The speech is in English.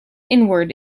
inward